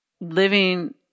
living